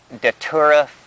Datura